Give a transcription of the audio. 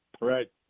Right